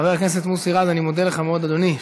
חבר הכנסת מוסי רז, אני מודה לך מאוד, אדוני.